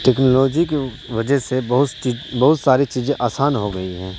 technology کی وجہ سے بہت بہت ساری چیزیں آسان ہو گئی ہیں